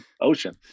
ocean